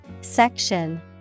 Section